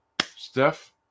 Steph